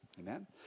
Amen